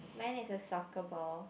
mine is a soccer ball